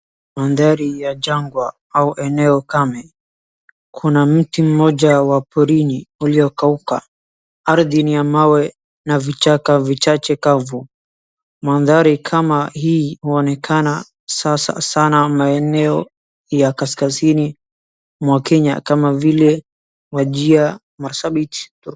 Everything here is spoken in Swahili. Mandhari ya jangwa, au eneo kame, kuna mti mmoja wa porini uliokauka, ardhi ni ya mawe na vichaka vichache kavu, maandhari kama hii huonekana sana maeneo ya kaskazini mwa Kenya kama vile Wajir, Marsabit.